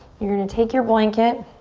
you're going to take your blanket.